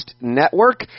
Network